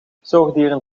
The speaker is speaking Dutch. zoogdieren